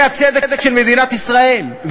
זה הצדק של מדינת ישראל,